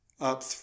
up